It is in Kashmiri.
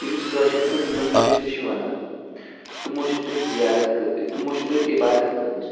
ییٚمِس کٲشِر پٲٹھۍ نُندٕ رٮ۪ش تہِ چھِ وَنان تِمو چھِ تَتہِ زِیارَت کہٕ تِمو چھِ تَتہِ عبادت کٔرمٕژ